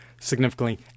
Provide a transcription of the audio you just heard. significantly